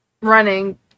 running